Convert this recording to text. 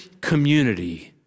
community